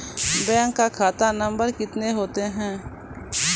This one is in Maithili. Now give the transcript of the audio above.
बैंक का खाता नम्बर कितने होते हैं?